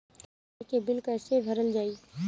पानी के बिल कैसे भरल जाइ?